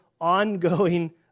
ongoing